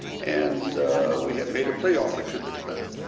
and we have made a plea offer to the defendant.